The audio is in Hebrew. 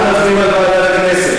אנחנו מצביעים על ועדת הכנסת.